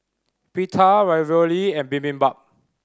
Pita Ravioli and Bibimbap